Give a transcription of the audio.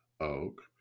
oak